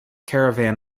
caravan